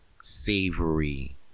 savory